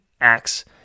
acts